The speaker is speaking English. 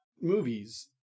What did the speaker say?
movies